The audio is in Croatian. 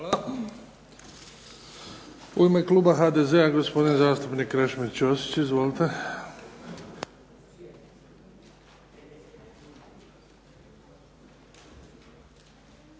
Hvala. U ime kluba HDZ-a gospodin zastupnik Krešimir Ćosić. Izvolite.